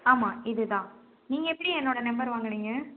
ஆமாம் இதுதான் நீங்கள் எப்படி என்னோடய நெம்பர் வாங்கினீங்க